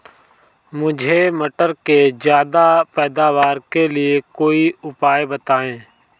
मुझे मटर के ज्यादा पैदावार के लिए कोई उपाय बताए?